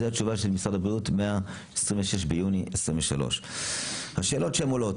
זו התשובה של משרד הבריאות מה-26 ביוני 23. השאלות שעולות,